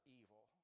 evil